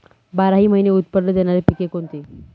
बाराही महिने उत्त्पन्न देणारी पिके कोणती?